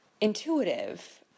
intuitive